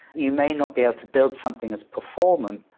you may not be able to build something as performant,